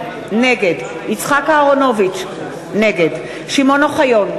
נגד יצחק אהרונוביץ, נגד שמעון אוחיון,